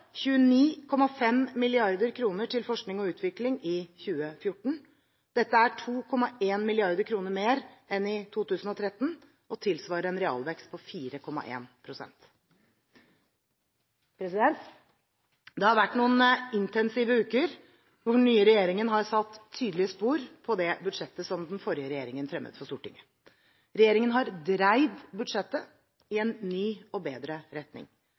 29,5 mrd. kr til forskning og utvikling i 2014. Dette er 2,1 mrd. kr mer enn i 2013 og tilsvarer en realvekst på 4,1 pst. Det har vært noen intensive uker hvor den nye regjeringen har satt tydelige spor på det budsjettet som den forrige regjeringen fremmet for Stortinget. Regjeringen har dreid budsjettet i en ny og bedre retning.